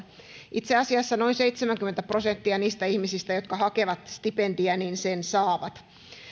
itse asiassa noin seitsemänkymmentä prosenttia niistä ihmisistä jotka hakevat stipendiä sen saavat